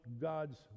God's